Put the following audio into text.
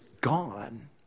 gone